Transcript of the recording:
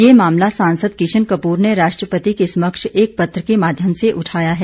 ये मामला सांसद किशन कपूर ने राष्ट्रपति के समक्ष एक पत्र के माध्यम से उठाया है